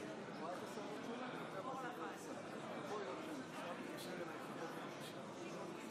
נעבור להצבעה הבאה, הצעת האי-אמון של סיעת המחנה